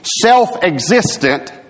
self-existent